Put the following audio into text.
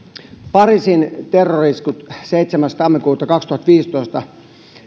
pariisin terrori iskut seitsemäs tammikuuta kaksituhattaviisitoista